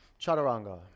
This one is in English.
chaturanga